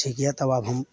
ठीक यऽ तब आब हम